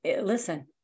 listen